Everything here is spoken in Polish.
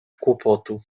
kłopotu